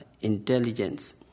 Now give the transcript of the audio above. intelligence